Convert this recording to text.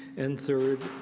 and third,